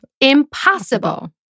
impossible